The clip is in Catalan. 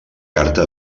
carta